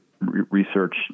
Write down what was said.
research